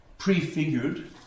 Prefigured